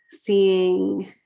seeing